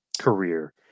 career